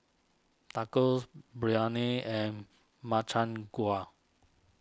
Tacos Biryani and Makchang Gui